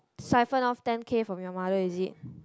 swipen off ten K from your mother is it